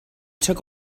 took